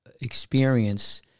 experience